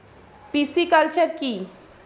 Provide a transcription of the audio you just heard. Pisciculture কি?